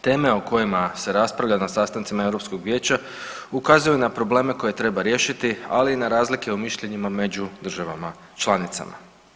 Teme o kojima se raspravlja na sastancima Europskog vijeća ukazuju na probleme koje treba riješiti, ali i na razlike u mišljenjima među državama članicama.